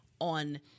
on